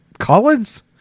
Collins